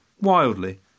wildly